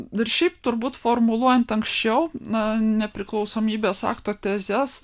ir šiaip turbūt formuluojant anksčiau na nepriklausomybės akto tezes